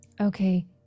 Okay